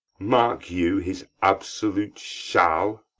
mark you his absolute shall?